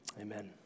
Amen